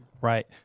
Right